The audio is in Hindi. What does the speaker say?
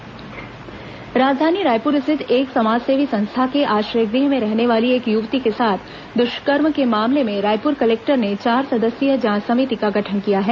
दुष्कर्म मामला समिति गठित राजधानी रायपुर स्थित एक समाजसेवी संस्था के आश्रय गृह में रहने वाली एक युवती के साथ दुष्कर्म के मामले में रायपुर कलेक्टर ने चार सदस्यीय जांच समिति का गठन किया है